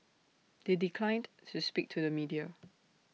they declined to speak to the media